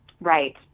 Right